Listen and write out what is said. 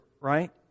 Right